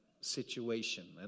situation